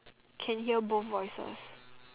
can hear both voices